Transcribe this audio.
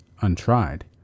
untried